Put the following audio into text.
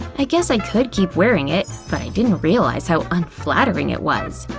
i guess i could keep wearing it, but i didn't realize how unflattering it was.